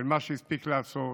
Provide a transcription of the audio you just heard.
ומה שהספיק לעשות